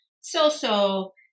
so-so